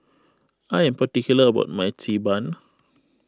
I am particular about my Xi Ban